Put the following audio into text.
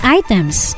items